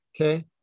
okay